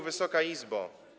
Wysoka Izbo!